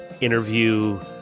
interview